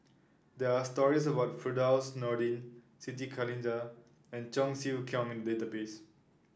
there are stories about Firdaus Nordin Siti Khalijah and Cheong Siew Keong in the database